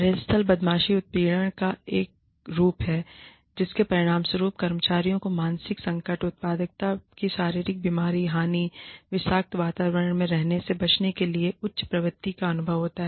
कार्यस्थल बदमाशी उत्पीड़नका एक रूप है जिसके परिणामस्वरूप कर्मचारियों को मानसिक संकट उत्पादकता की शारीरिक बीमारी हानि और विषाक्त वातावरण में रहने से बचने के लिए उच्च प्रवृत्ति का अनुभव होता है